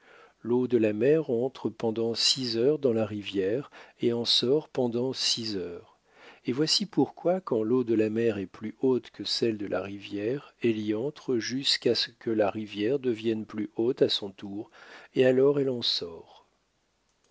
l'eau de la mer entre pendant six heures dans la rivière et en sort pendant six heures et voici pourquoi quand l'eau de la mer est plus haute que celle de la rivière elle y entre jusqu'à ce que la rivière devienne plus haute à son tour et alors elle en sort